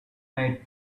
night